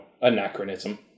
anachronism